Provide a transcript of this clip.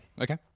Okay